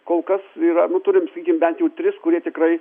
kol kas yra nu turim sakykim bent jau tris kurie tikrai